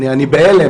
אני בהלם.